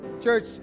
Church